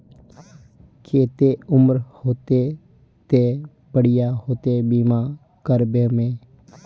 केते उम्र होते ते बढ़िया होते बीमा करबे में?